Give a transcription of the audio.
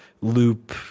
loop